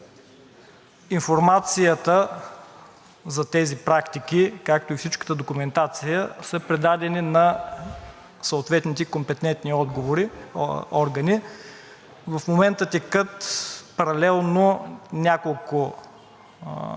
Информацията за тези практики, както и цялата документация са предадени на съответните компетентни органи. В момента текат паралелно няколко проверки